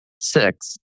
six